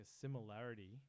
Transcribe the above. similarity